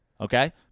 Okay